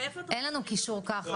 אין לנו קישור ככה,